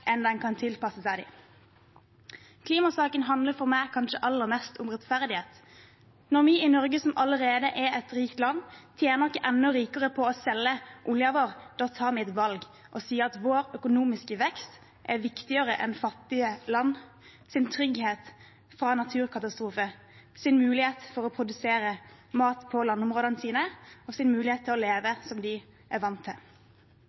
enn den kan tilpasse seg dem. For meg handler klimasaken kanskje aller mest om rettferdighet. Når vi i Norge, som allerede er et rikt land, tjener oss enda rikere på å selge oljen vår, da tar vi et valg. Da sier vi at vår økonomiske vekst er viktigere enn fattige lands trygghet for naturkatastrofer, deres mulighet til å produsere mat på landområdene sine og deres mulighet til å leve som de er vant til.